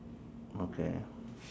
okay